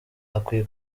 akwiye